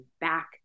back